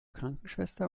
krankenschwester